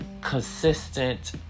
consistent